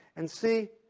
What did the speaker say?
and see